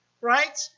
right